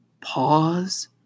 pause